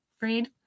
read